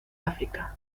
áfrica